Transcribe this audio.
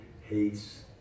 hates